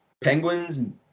Penguins